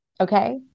okay